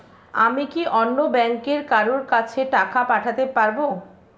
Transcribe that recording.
আমি কি অন্য ব্যাংকের কারো কাছে টাকা পাঠাতে পারেব?